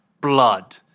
blood